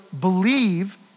believe